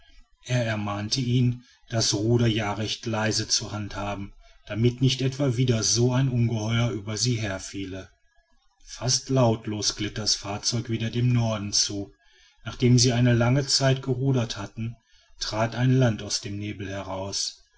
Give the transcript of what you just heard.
er ermahnte ihn das ruder ja recht leise zu handhaben damit nicht etwa wieder so ein ungeheuer über sie herfiele fast lautlos glitt das fahrzeug wieder dem norden zu nachdem sie eine lange zeit gerudert hatten trat ein land aus dem nebel heraus